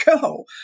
go